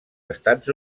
estats